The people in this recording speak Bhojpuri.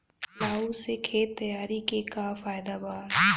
प्लाऊ से खेत तैयारी के का फायदा बा?